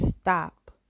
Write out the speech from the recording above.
stop